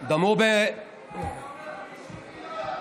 מיליון שקל.